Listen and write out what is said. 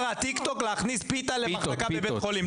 עכשיו יהיה את אתגר הטיקטוק להכניס פיתה למחלקה בבית חולים,